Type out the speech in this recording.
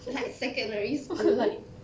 like secondary school